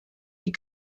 die